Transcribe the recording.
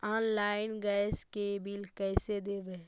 Online gas के bill कैसे देबै?